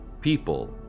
people